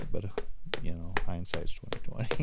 but you know hindsight's twenty twenty.